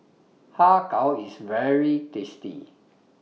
Har Kow IS very tasty